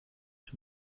die